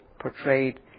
portrayed